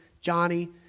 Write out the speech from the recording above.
Johnny